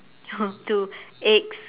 oh two eggs